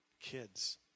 kids